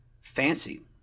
fancy